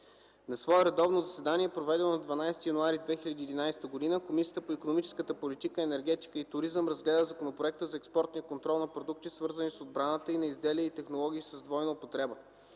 На свое редовно заседание, проведено на 12 януари 2011 г., Комисията по икономическата политика, енергетика и туризъм разгледа Законопроект за експортния контрол на продукти, свързани с отбраната, и на изделия и технологии с двойна употреба.